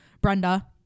Brenda